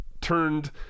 turned